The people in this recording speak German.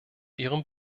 ihrem